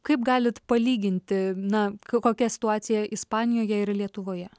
kaip galit palyginti na ko kokia situacija ispanijoje ir lietuvoje